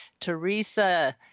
Teresa